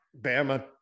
Bama